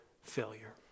failure